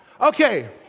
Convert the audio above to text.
Okay